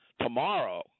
tomorrow